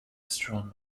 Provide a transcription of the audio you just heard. strong